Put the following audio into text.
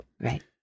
Right